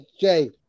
Jay